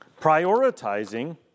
prioritizing